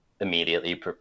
immediately